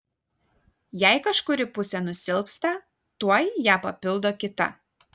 jei kažkuri pusė nusilpsta tuoj ją papildo kita